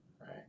right